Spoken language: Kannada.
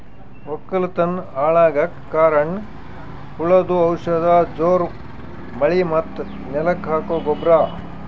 ವಕ್ಕಲತನ್ ಹಾಳಗಕ್ ಕಾರಣ್ ಹುಳದು ಔಷಧ ಜೋರ್ ಮಳಿ ಮತ್ತ್ ನೆಲಕ್ ಹಾಕೊ ಗೊಬ್ರ